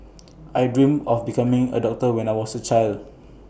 I dreamt of becoming A doctor when I was A child